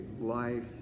Life